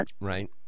Right